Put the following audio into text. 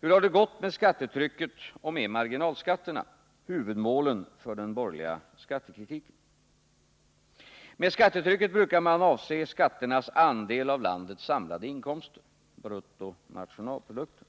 Hur har det gått med skattetrycket och med marginalskat terna, huvudmålen för den borgerliga skattekritiken. Med skattetrycket brukar man avse skatternas andel av landets samlade inkomster, bruttonationalprodukten.